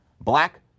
black